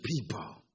people